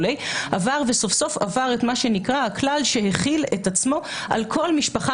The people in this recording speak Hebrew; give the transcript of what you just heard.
עבר את מה שנקרא הכלל שמחיל את עצמו על כל משפחה